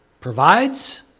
provides